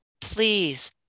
please